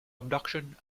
abduction